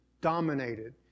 dominated